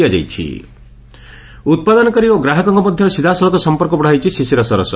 ଶିଶିର ଶରସ ଉପାଦନକାରୀ ଓ ଗ୍ରାହକଙ୍କ ମଧରେ ସିଧାସଳଖ ସମ୍ପର୍କ ବଡ଼ାଇଛି ଶିଶିର ସରସ